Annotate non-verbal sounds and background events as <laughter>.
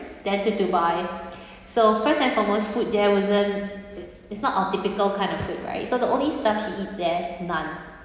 then to dubai <breath> so first and foremost food there wasn't it's not our typical kind of food right so the only stuff he eat there naan